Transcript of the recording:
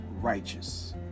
righteous